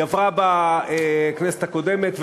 היא עברה בכנסת הקודמת,